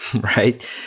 right